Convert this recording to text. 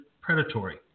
predatory